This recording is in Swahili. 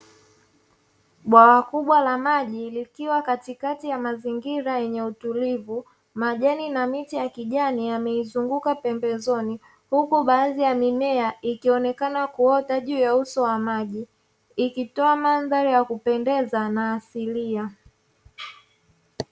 Bwawa kubwa la maji likiwa katikati ya mazingira yenye utulivu, majani na miche ya kijani yameizunguka pembezoni, huku baadhi ya mimea ikionekana kuota juu ya uso wa maji, ikitoa mandhari ya kupendeza na asilia.